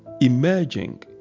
emerging